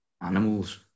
animals